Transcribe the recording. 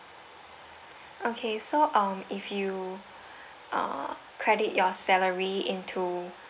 okay so um if you uh credit your salary into